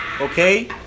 okay